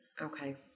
Okay